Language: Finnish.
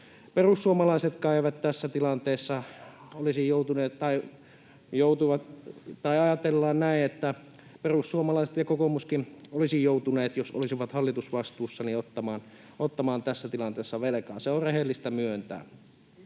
perussuomalaisetkin olisivat joutuneet, jos olisivat hallitusvastuussa, ottamaan tässä tilanteessa velkaa. Se on rehellistä myöntää.